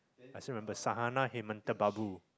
I still remember Sahana him and Tebabu